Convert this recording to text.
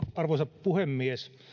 arvoisa puhemies